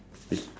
which